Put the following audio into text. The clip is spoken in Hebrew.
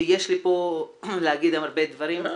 שיש לי פה להגיד הרבה דברים,